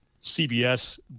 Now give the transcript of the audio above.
CBS